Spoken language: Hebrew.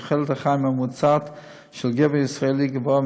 תוחלת החיים הממוצעת של גבר ישראלי גבוהה